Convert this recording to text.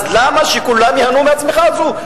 אז למה שלא כולם ייהנו מהצמיחה הזאת?